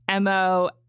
MO